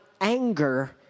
anger